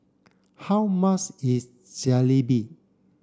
how much is Jalebi